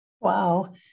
Wow